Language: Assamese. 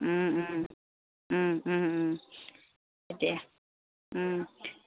এতিয়া